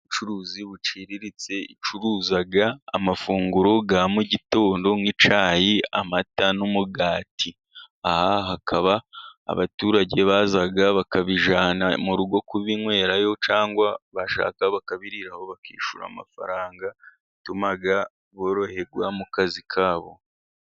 Ubucuruzi buciriritse, bucuruza amafunguro yo mu gitondo ,nk'icyayi , amata, n'umugati .Aha hakaba abaturage baza bakabijyana mu rugo kubinywerayo, cyangwa bashaka bakabira aho bakishyura amafaranga, bituma boroherwa mu kazi kabo.